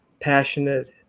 passionate